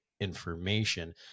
information